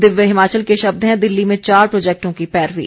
दिव्य हिमाचल के शब्द हैं दिल्ली में चार प्रोजैक्टों की पैरवी